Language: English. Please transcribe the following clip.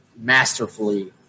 masterfully